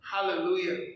Hallelujah